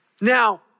Now